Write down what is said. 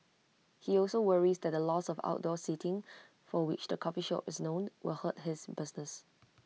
he also worries that the loss of outdoor seating for which the coffee shop is known will hurt his business